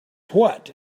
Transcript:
what